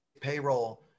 payroll